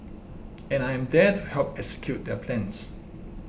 and I am there to help to execute their plans